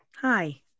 Hi